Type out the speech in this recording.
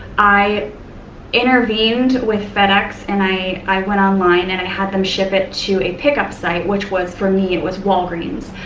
i intervened with fedex and i i went online and i had them ship it to a pickup site, which was for me, it was walgreens.